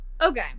Okay